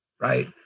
right